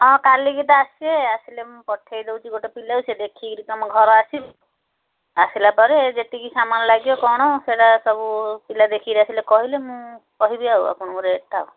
ହଁ କାଲିକି ତ ଆସିବେ ଆସିଲେ ମୁଁ ପଠେଇ ଦେଉଛି ଗୋଟେ ପିଲା ସେ ଦେଖିକିରି ତ ଆମ ଘର ଆସିବି ଆସିଲା ପରେ ଯେତିକି ସାମାନ ଲାଗିବ କ'ଣ ସେଇଟା ସବୁ ପିଲା ଦେଖିକିରି ଆସିଲେ କହିଲେ ମୁଁ କହିବି ଆଉ ଆପଣଙ୍କ ରେଟ୍ଟା ଆଉ